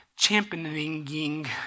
Championing